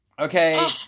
okay